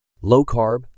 Low-carb